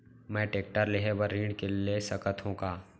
मैं टेकटर लेहे बर ऋण ले सकत हो का?